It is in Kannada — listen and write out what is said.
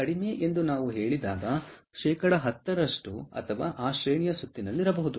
ಕಡಿಮೆ ಎಂದು ನಾವು ಹೇಳಿದಾಗ 10 ಅಥವಾ ಆ ಶ್ರೇಣಿಯ ಸುತ್ತಿನಲ್ಲಿರಬಹುದು